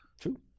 True